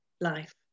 life